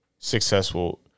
successful